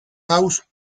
house